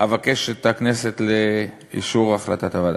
אבקש מהכנסת לאשר את החלטת הוועדה.